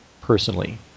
personally